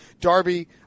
Darby